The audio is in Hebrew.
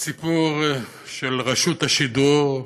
הסיפור של רשות השידור,